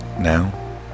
Now